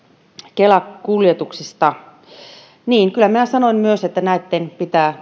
kela kuljetuksista niin kyllä minä sanoin myös että näitten pitää